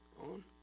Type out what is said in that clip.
on